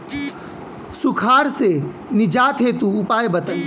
सुखार से निजात हेतु उपाय बताई?